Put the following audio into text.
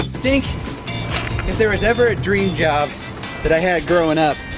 think if there was ever a dream job that i had growin' up,